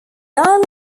island